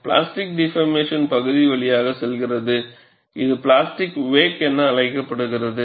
plastic deformation பகுதி வழியாக செல்கிறது இது பிளாஸ்டிக் வேக் என அழைக்கப்படுகிறது